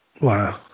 Wow